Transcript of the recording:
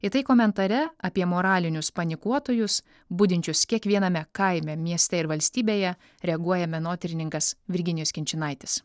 į tai komentare apie moralinius panikuotojus budinčius kiekviename kaime mieste ir valstybėje reaguoja menotyrininkas virginijus kinčinaitis